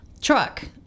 truck